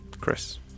Chris